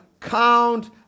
count